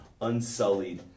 unsullied